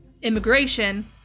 Immigration